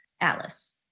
Alice